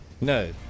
no